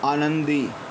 आनंदी